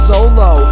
Solo